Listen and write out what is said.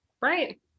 Right